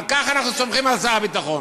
על כך אנחנו סומכים על שר הביטחון.